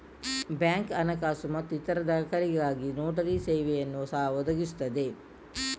bank ಹಣಕಾಸು ಮತ್ತು ಇತರ ದಾಖಲೆಗಳಿಗಾಗಿ ನೋಟರಿ ಸೇವೆಯನ್ನು ಸಹ ಒದಗಿಸುತ್ತದೆ